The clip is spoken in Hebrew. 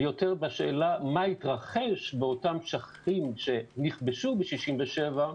ויותר בשאלה מה התרחש באותם שטחים שנכבשו ב-67'